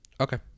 Okay